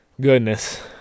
Goodness